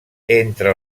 entre